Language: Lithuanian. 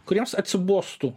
kuriems atsibostų